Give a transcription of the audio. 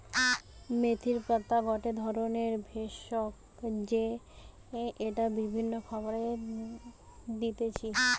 মেথির পাতা গটে ধরণের ভেষজ যেইটা বিভিন্ন খাবারে দিতেছি